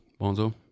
Bonzo